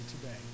today